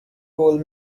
coal